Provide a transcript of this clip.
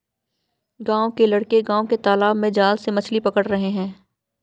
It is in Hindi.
गांव के लड़के गांव के तालाब में जाल से मछली पकड़ रहे हैं